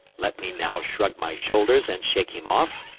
let me now shrug my shoulders and shake him off,